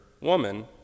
Woman